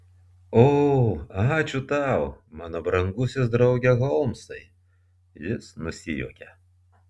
o ačiū tau mano brangusis drauge holmsai jis nusijuokė